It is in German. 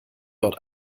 dort